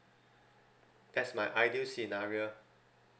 that's my ideal scenario